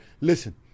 Listen